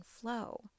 flow